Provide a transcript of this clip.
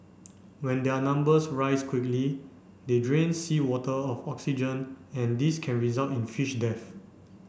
when their numbers rise quickly they drain seawater of oxygen and this can result in fish death